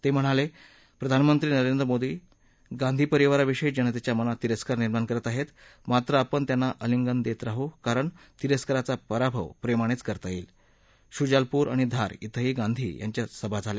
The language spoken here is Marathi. ते म्हणाले प्रधानमंत्री नरेंद्र मोदी गांधी परिवाराविषयी जनतेच्या मनात तिरस्कार निर्माण करत आहेत मात्र आपण त्यांना आलिंगन देत राहू कारण तिरस्कारचा पराभव प्रेमानेच करता येईलः शुजालपूर आणि धार ींही गांधी यांच्या सभा झाल्या